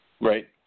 Right